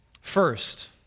First